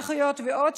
אחיות ועוד,